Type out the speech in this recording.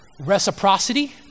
Reciprocity